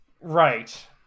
Right